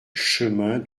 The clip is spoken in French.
chemin